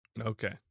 Okay